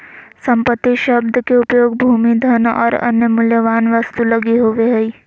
संपत्ति शब्द के उपयोग भूमि, धन और अन्य मूल्यवान वस्तु लगी होवे हइ